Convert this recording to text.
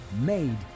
made